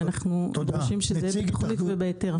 ואנחנו דורשים שזה יהיה בתכנית ובהיתר.